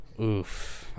Oof